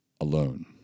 alone